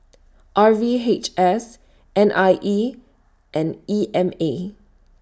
R V H S N I E and E M A